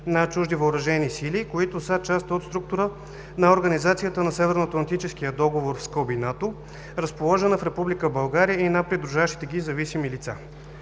на чужди въоръжени сили, които са част от структура на организацията на Северноатлантическия договор (НАТО), разположена в Република България, и на придружаващите ги зависими лица